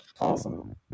Awesome